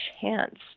chance